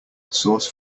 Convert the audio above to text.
sauce